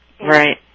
Right